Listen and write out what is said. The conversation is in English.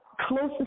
closest